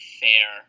fair